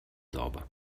sauber